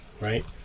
right